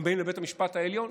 הם באים לבית המשפט העליון?